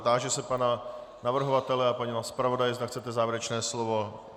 Táži se pana navrhovatele a pana zpravodaje, zda chcete závěrečné slovo.